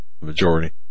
majority